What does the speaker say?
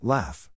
Laugh